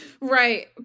Right